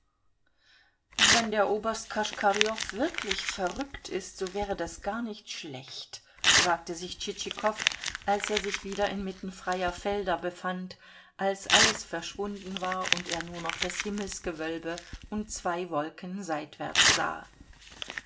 wenn der oberst koschkarjow wirklich verrückt ist so wäre das gar nicht schlecht sagte sich tschitschikow als er sich wieder inmitten freier felder befand als alles verschwunden war und er nur noch das himmelsgewölbe und zwei wolken seitwärts sah